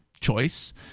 choice